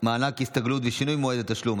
מענק ההסתגלות ושינוי מועד התשלום),